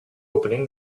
opening